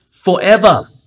forever